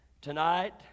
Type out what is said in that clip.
Tonight